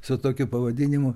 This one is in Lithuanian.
su tokiu pavadinimu